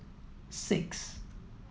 six